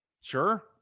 Sure